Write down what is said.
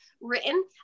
written